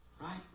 Right